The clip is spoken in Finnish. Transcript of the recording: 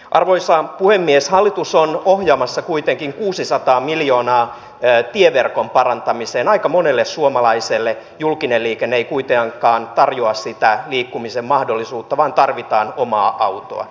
arvoisa puhemies hallitus on ohjaamassa kuitenkin kuusisataa miljoonaa ja tieverkon parantamiseen aika monelle suomalaiselle julkinen liikenne ei kuitenkaan tarjoa sitä liikkumisen mahdollisuutta vaan tarvitaan omaa autoa